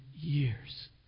years